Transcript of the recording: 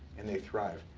and they thrive.